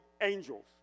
angels